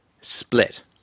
split